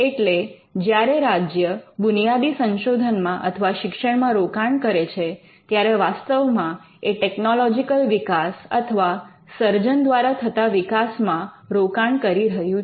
એટલે જ્યારે રાજ્ય બુનિયાદી સંશોધનમાં અથવા શિક્ષણમાં રોકાણ કરે છે ત્યારે વાસ્તવમાં એ ટેકનોલોજીકલ વિકાસ અથવા સર્જન દ્વારા થતાં વિકાસમાં રોકાણ કરી રહ્યું છે